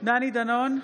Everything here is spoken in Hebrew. דני דנון,